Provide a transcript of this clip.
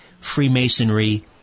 Freemasonry